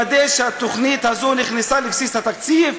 יש לנו עוד שלושה שבועות לוודא שהתוכנית הזאת נכנסה לבסיס התקציב,